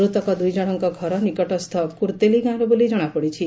ମୃତକ ଦୁଇଜଣଙ୍କ ଘର ନିକଟସ୍ସ କୁର୍ଭେଲି ଗାଁର ବୋଲି ଜଶାପଡ଼ିଛି